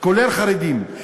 כולל חרדים.